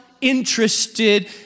interested